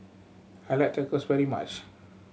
I like Tacos very much